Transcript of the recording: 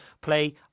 play